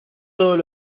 todos